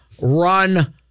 run